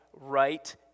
right